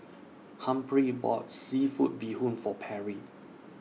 Humphrey bought Seafood Bee Hoon For Perry